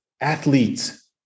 athletes